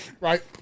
Right